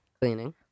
Cleaning